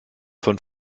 von